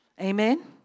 Amen